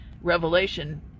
revelation